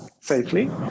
safely